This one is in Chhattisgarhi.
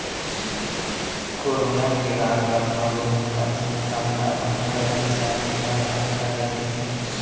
कोरोना के लॉकडाउन म बहुत कन संस्था मन अपन करमचारी ल तनखा नइ दे हे